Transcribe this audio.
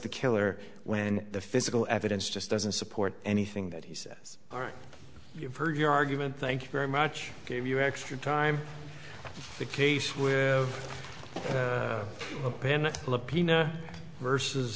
the killer when the physical evidence just doesn't support anything that he says all right you've heard your argument thank you very much gave you extra time the case with a